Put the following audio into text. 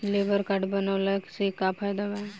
Labour card बनवाला से का फायदा बा?